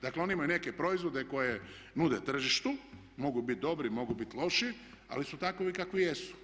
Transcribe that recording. Dakle oni imaju neke proizvode koje nude tržištu, mogu biti dobri, mogu biti loš ali su takvi kakvi jesu.